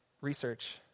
research